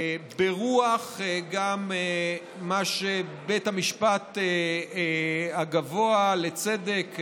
גם ברוח מה שבית המשפט הגבוה לצדק,